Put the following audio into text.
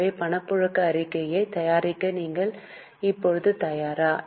எனவே பணப்புழக்க அறிக்கையைத் தயாரிக்க நீங்கள் இப்போது தயாரா